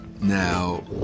now